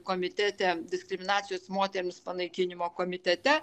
komitete diskriminacijos moterims panaikinimo komitete